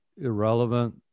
irrelevant